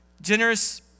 generous